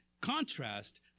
contrast